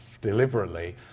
deliberately